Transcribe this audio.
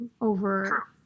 over